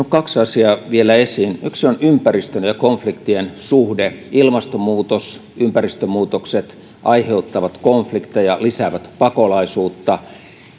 kaksi asiaa vielä esiin yksi on ympäristön ja konfliktien suhde ilmastonmuutos ja ympäristönmuutokset aiheuttavat konflikteja ja lisäävät pakolaisuutta